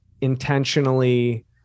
intentionally